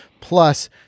plus